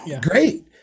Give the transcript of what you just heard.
great